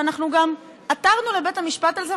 ואנחנו גם עתרנו לבית המשפט על זה,